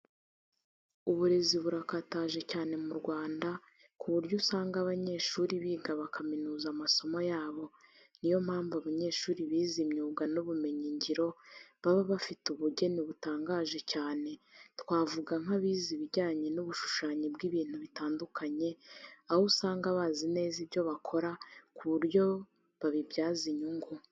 Uburezi burakataje cyane mu Rwanda ku buryo usanga abanyeshuri biga bakaminuza amasomo yabo, niyo mpamvu abanyeshuri bize imyuga n'ubumenyingiro baba bafite ubugeni butangaje cyane twavuga nk'abize ibijyanye n'ubushushanyi bw'ibintu bitandukanye, aho usanga bazi neza ibyo bakora ku buryo babibyaza inyungu.